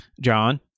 John